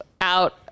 out